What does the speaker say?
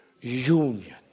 union